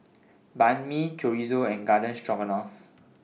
Banh MI Chorizo and Garden Stroganoff